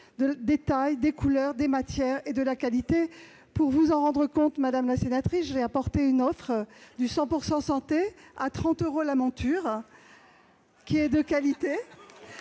de tailles, de couleurs, de matières, et de la qualité. Pour vous en rendre compte, madame la sénatrice, j'ai apporté une monture du 100 % santé à 30 euros, qui est de qualité.